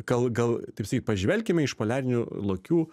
gal gal taip sakyt pažvelkime iš poliarinių lokių